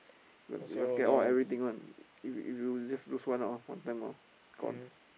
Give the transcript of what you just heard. you must you must get all everything one if you if you just lose one out one time orh gone